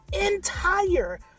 entire